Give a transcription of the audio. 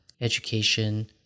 education